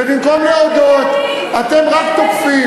ובמקום להודות, אתם רק תוקפים.